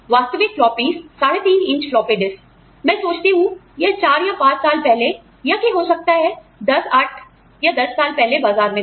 वास्तविक floppies 3 12 inch inch floppy disk मैं सोचती हूं यह 4 या 5 साल पहले या हो सकता है 10 8 या 10 साल पहले बाजार में थे